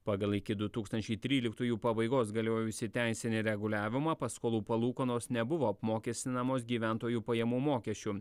pagal iki du tūkstančiai tryliktųjų pabaigos galiojusį teisinį reguliavimą paskolų palūkanos nebuvo apmokestinamos gyventojų pajamų mokesčiu